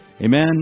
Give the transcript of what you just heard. Amen